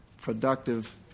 productive